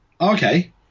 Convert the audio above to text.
Okay